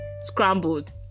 Scrambled